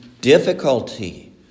difficulty